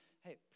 Hey